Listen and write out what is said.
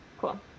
Cool